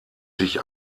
sich